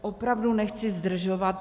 Opravdu nechci zdržovat.